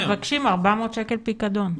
הם מבקשים 400 שקל פיקדון.